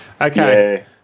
Okay